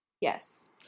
Yes